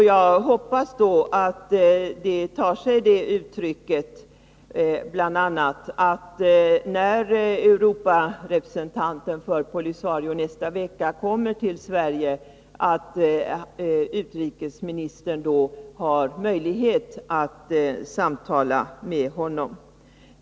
Jag hoppas att det tar sig det uttrycket att när Europarepresentanten för POLISARIO i nästa vecka kommer till Sverige, har utrikesministern då möjlighet att samtala med honom.